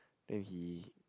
then he